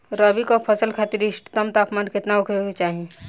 रबी क फसल खातिर इष्टतम तापमान केतना होखे के चाही?